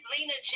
Lena